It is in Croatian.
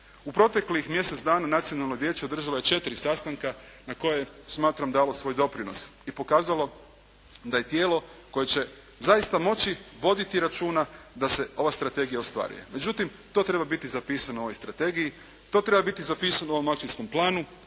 U proteklih mjesec dana Nacionalno vijeće održalo je četiri sastanka na koja je smatram dalo svoj doprinos i pokazalo da je tijelo koje će zaista moći voditi računa da se ova strategija ostvaruje. Međutim, to treba biti zapisano u ovoj strategiji, to treba biti zapisano u ovom akcijskom planu